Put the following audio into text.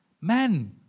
Men